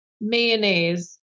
mayonnaise